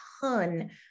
ton